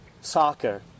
soccer